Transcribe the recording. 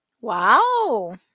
Wow